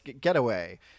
getaway